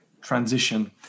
transition